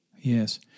Yes